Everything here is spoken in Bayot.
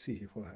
tíhi ṗohe